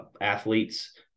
athletes